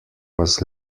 was